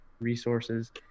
resources